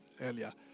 earlier